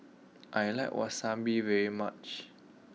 I like Wasabi very much